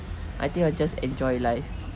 I think I just enjoy life